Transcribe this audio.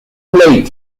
plate